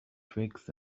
twigs